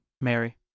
Mary